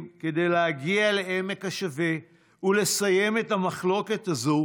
כדי להגיע לעמק השווה ולסיים את המחלוקת הזו,